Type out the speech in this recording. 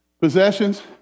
Possessions